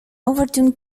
overturned